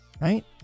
...right